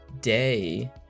day